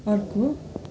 अर्को